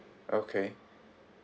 okay